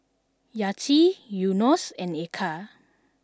Yati Yunos and Eka